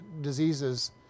diseases